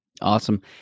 Awesome